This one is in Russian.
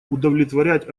удовлетворять